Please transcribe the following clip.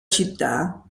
città